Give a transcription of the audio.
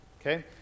okay